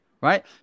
Right